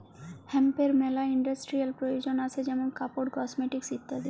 হেম্পের মেলা ইন্ডাস্ট্রিয়াল প্রয়জন আসে যেমন কাপড়, কসমেটিকস ইত্যাদি